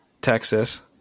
Texas